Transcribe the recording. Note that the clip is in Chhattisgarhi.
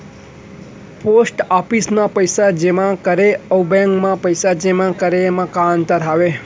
पोस्ट ऑफिस मा पइसा जेमा करे अऊ बैंक मा पइसा जेमा करे मा का अंतर हावे